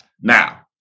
Now